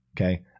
Okay